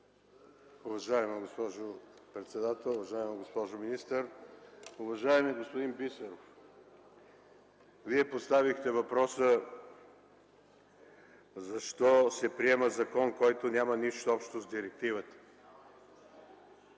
Уважаема госпожо председател, уважаема госпожо министър! Уважаеми господин Бисеров, Вие поставихте въпроса: защо се приема закон, който няма нищо общо с директивата?